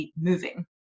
moving